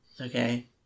Okay